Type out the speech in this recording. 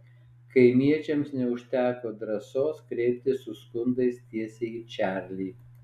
kaimiečiams neužteko drąsos kreiptis su skundais tiesiai į čarlį